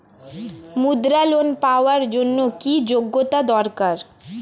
মুদ্রা লোন পাওয়ার জন্য কি যোগ্যতা দরকার?